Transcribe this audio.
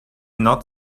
not